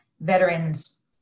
veterans